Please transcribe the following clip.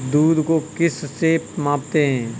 दूध को किस से मापते हैं?